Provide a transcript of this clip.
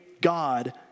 God